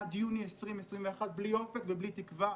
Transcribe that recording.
עד יוני 2021 בלי אופק ובלי תקווה.